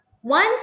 one